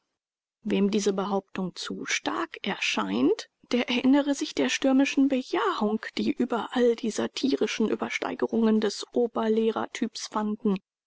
wem diese behauptung zu stark erscheint der erinnere sich der stürmischen bejahung die überall die satirischen übersteigerungen des oberlehrertyps fanden